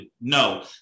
No